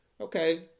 Okay